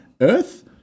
Earth